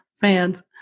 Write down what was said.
fans